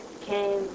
came